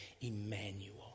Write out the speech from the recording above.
Emmanuel